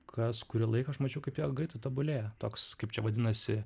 kas kurį laiką aš mačiau kaip jie greitai tobulėja toks kaip čia vadinasi